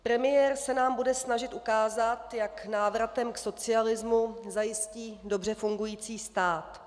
Premiér se nám bude snažit ukázat, jak návratem k socialismu zajistí dobře fungující stát.